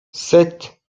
sept